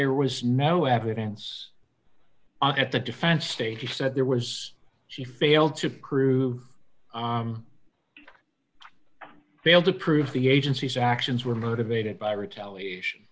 there was no evidence at the defense state he said there was she failed to prove failed to prove the agency's actions were motivated by retaliation